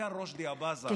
כאשר רושדי אבאזה,